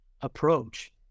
approach